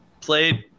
played